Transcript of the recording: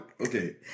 Okay